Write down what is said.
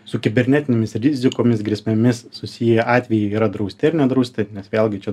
su kibernetinėmis rizikomis grėsmėmis susiję atvejai yra drausti ar nedrausta nes vėlgi čia